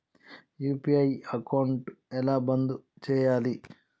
UPI account ఎలా బంద్ చేయాలి?